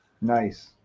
Nice